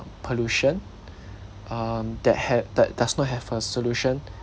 pollution um that had that does not have a solution